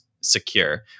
secure